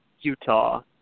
Utah